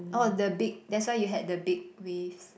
oh the big that's why you had the big waves